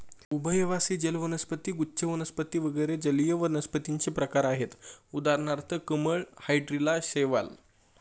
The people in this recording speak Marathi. उभयवासी जल वनस्पती, गुच्छ वनस्पती वगैरे जलीय वनस्पतींचे प्रकार आहेत उदाहरणार्थ कमळ, हायड्रीला, शैवाल